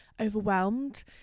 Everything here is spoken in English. overwhelmed